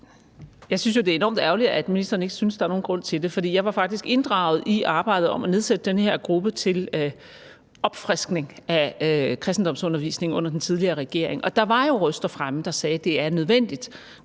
Jeg synes jo, det er enormt ærgerligt, at ministeren ikke synes, at der er nogen grund til det. Jeg var faktisk inddraget i arbejdet med at nedsætte den her gruppe til opfriskning af kristendomsundervisningen under den tidligere regering, og der var jo røster fremme, der sagde, at det er nødvendigt: